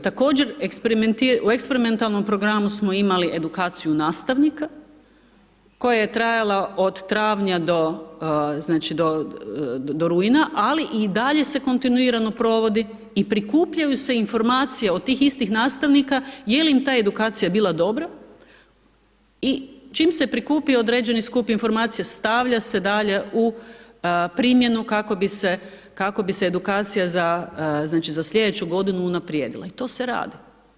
Također, u eksperimentalnom programu smo imali edukaciju nastavnika, koja je trajala od travnja do rujna, ali i dalje se kontinuirano provodi i prikupljaju se informacije od tih istih nastavnika, je li im ta edukacija bila dobra i čim se prikupi određeni skup informacija stavlja se dalje u primjenu kako bi se edukacija za slj. g. unaprijedila i to se radi.